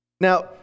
Now